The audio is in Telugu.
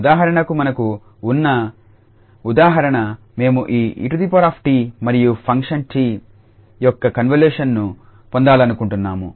ఉదాహరణకు మనకు ఉన్న ఉదాహరణ మేము ఈ 𝑒𝑡 మరియు ఫంక్షన్ 𝑡 యొక్క కన్వల్యూషన్ను పొందాలనుకుంటున్నాము